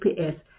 GPS